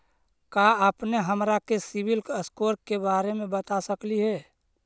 का अपने हमरा के सिबिल स्कोर के बारे मे बता सकली हे?